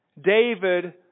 David